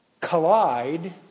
collide